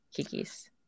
kikis